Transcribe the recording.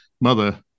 mother